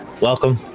Welcome